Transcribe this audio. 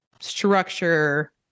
structure